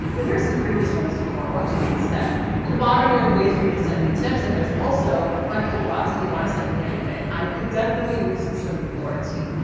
but here's some previous ones that you want to watch those instead and the bottom. there's ways for you to send me tips and there's also my po box. if you want to send me anything, i could definitely use some more tea.